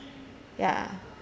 ya